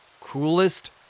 coolest